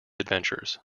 adventures